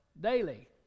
daily